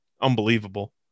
unbelievable